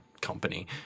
company